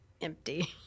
empty